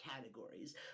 categories